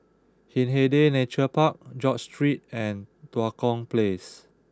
Hindhede Nature Park George Street and Tua Kong Place